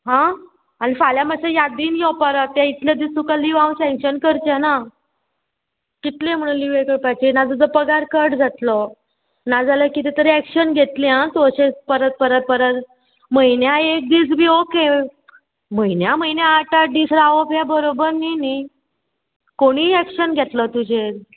हां आनी फाल्यां मातशें यादीन यो परत तें इतलें दीस तुका लीव हांव सँक्शन करचें ना कितलें म्हुणून लिवें करपाची ना तुजो पगार कट जातलो नाजाल्यार कितें तरी एक्शन घेतलें आं तूं अशें परत परत परत म्हयन्या एक दीस बी ओके म्हयन्या म्हयन्या आठ आठ दीस रावप हें बरोबर न्ही न्ही कोणीय एक्शन घेतलो तुजेर